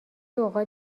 اوقات